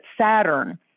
Saturn